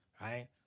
Right